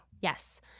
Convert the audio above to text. Yes